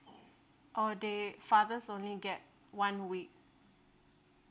oh the fathers only get one week